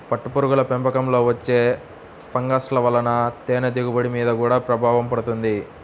పట్టుపురుగుల పెంపకంలో వచ్చే ఫంగస్ల వలన తేనె దిగుబడి మీద గూడా ప్రభావం పడుతుంది